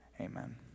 Amen